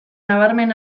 nabarmen